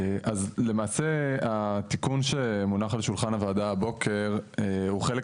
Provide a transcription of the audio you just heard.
אז למעשה התיקון שמונח על שולחן הוועדה הבוקר הוא חלק